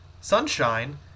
Sunshine